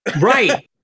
Right